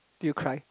do you cry